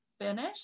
finish